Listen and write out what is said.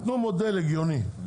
תנו מודל הגיוני,